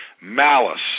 malice